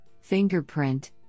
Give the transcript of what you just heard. fingerprint